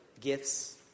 gifts